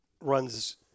runs